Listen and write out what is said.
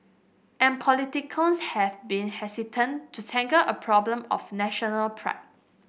and politicians have been hesitant to tackle a problem of national pride